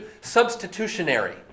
substitutionary